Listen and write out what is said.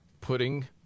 putting